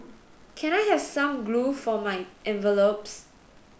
can I have some glue for my envelopes